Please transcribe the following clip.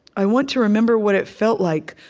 i want to remember what it felt like,